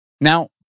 Now